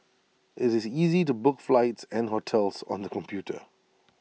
IT is easy to book flights and hotels on the computer